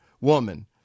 woman